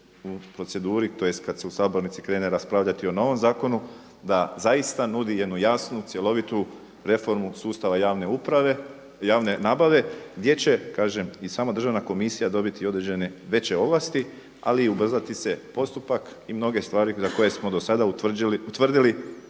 u proceduri, tj. kada se u sabornici krene raspravljati o novom zakonu da zaista nudi jednu jasnu, cjeloviti reformu sustava javne nabave gdje će, kažem i sama državna komisija dobiti određene veće ovlasti, ali i ubrzati se postupak i mnoge stvari za koje smo do sada utvrdili